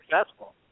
successful